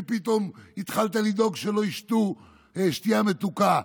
שפתאום התחלת לדאוג שלא ישתו שתייה מתוקה.